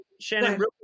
Shannon